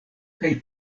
kaj